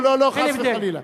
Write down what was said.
לא לא, חס וחלילה.